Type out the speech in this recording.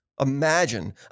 imagine